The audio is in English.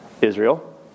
Israel